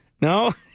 No